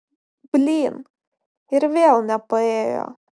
blyn ir vėl nepaėjo